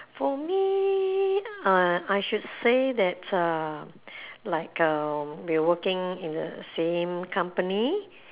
for me uh I should say that uh like uh we working in the same company